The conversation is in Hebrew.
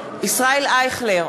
נגד ישראל אייכלר,